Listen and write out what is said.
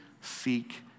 seek